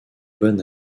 bon